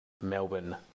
Melbourne